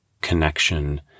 connection